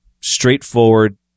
straightforward